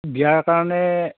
বিয়াৰ কাৰণে